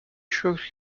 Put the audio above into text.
شکر